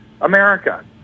America